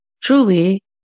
truly